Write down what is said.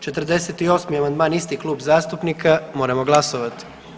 48. amandman isti klub zastupnika moramo glasovati.